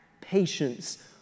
patience